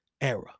era